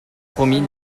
promis